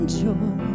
joy